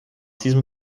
diesem